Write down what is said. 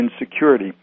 insecurity